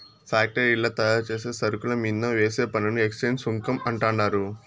ఫ్యాక్టరీల్ల తయారుచేసే సరుకుల మీంద వేసే పన్నుని ఎక్చేంజ్ సుంకం అంటండారు